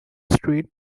street